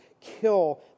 kill